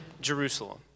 Jerusalem